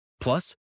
Plus